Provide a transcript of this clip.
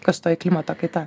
kas toji klimato kaita